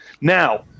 Now